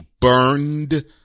burned